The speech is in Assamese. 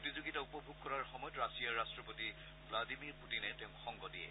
প্ৰতিযোগিতা উপভোগ কৰাৰ সময়ত ৰাছিয়াৰ ৰট্টপতি ভ্লাডিমিৰ পূটিনে তেওঁক সংগ দিয়ে